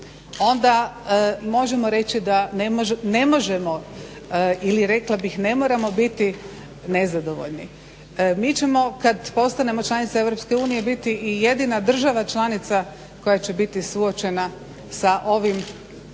onda možemo reći da ne možemo ili rekla bih ne moramo biti nezadovoljni. Mi ćemo kada postanemo članica EU biti i jedina država članica koja će biti suočena sa ovim tako